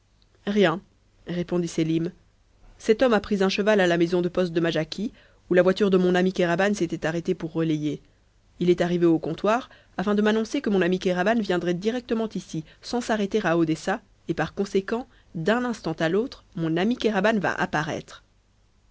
rien répondit sélim cet homme a pris un cheval à la maison de poste de majaki où la voiture de mon ami kéraban s'était arrêtée pour relayer il est arrivé au comptoir afin de m'annoncer que mon ami kéraban viendrait directement ici sans s'arrêter à odessa et par conséquent d'un instant à l'autre mon ami kéraban va apparaître